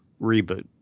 reboot